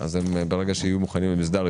וברגע שהם יהיו מוכנים למסדר,